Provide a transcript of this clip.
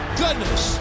goodness